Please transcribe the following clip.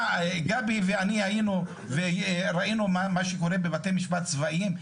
גבי ואני ראינו מה שקורה בבתי משפט צבאיים,